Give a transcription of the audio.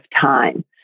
time